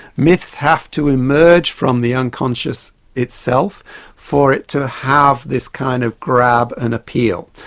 myths have to emerge from the unconscious itself for it to have this kind of grab and appeal.